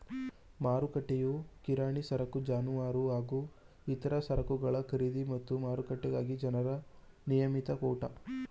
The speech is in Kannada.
ಮಾರುಕಟ್ಟೆಯು ಕಿರಾಣಿ ಸರಕು ಜಾನುವಾರು ಹಾಗೂ ಇತರ ಸರಕುಗಳ ಖರೀದಿ ಮತ್ತು ಮಾರಾಟಕ್ಕಾಗಿ ಜನರ ನಿಯಮಿತ ಕೂಟ